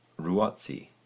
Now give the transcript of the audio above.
*ruotsi*